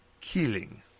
killing